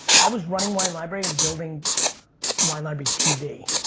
i was running wine library and building wine library tv.